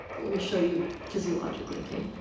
let me show you physiologically, ok?